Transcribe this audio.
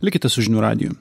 likite su žinių radiju